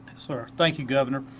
so thank you governor.